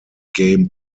game